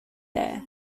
there